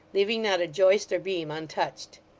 leaving not a joist or beam untouched.